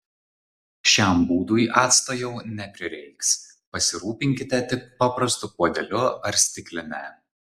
šiam būdui acto jau neprireiks pasirūpinkite tik paprastu puodeliu ar stikline